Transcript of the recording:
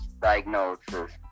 diagnosis